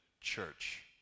church